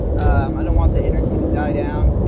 um i don't want the energy to die down.